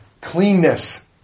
cleanness